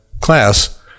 class